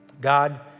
God